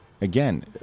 Again